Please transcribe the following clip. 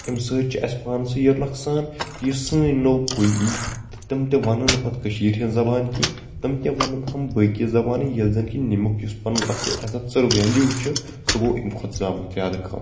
امہِ سۭتۍ چھُ اسہِ پانسٕے یہِ نۄقصان کہِ یۄس سٲنۍ نٔو پُے یہِ تہِ تِم تہِ وَنان نہٕ پَتہٕ کَشیٖرِ ہنٛز زَبان کینٛہہ تِم تہِ وَنان یِم باقٕے زِبانہٕ ییٚلہِ زن کہِ تمیُک یُس پَنُن اَکھ سۄ عٮ۪زت ژٔر وٮ۪لیو چھُ سُہ گووٚ امہِ کھۄتہٕ زامہٕ زیادٕ کَم